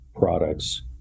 products